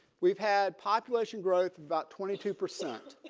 we've had population growth of about twenty two percent.